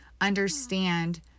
understand